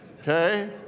okay